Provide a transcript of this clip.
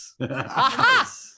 Aha